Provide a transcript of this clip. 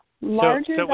Larger